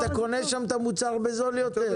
אתה קונה שם את המוצר בזול יותר,